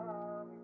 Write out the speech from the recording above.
love